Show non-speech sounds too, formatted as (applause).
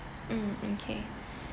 mm okay (breath)